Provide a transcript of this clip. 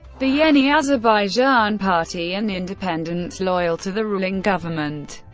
the yeni azerbaijan party, and independents loyal to the ruling government,